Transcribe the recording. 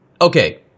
okay